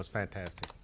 fantastic,